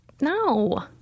No